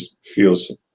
feels